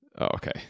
Okay